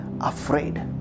afraid